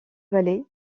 valley